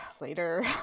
later